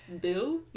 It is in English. Bill